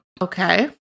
Okay